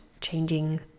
changing